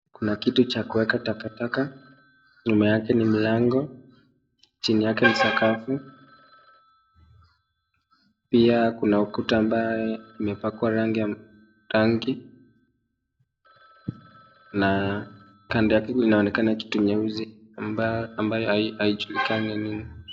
Kuna kitu cha kuweka takataka, nyuma yake ni mlango, chini yake ni sakafu pia kuna ukuta ambayo imepakwa rangi, na kando yake kunaonekana kitu nyeusi ambayo haijulikani ni nini.